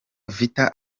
vita